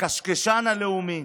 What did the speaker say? הקשקשן הלאומי.